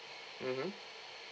mmhmm